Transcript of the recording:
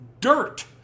dirt